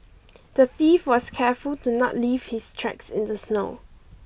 the thief was careful to not leave his tracks in the snow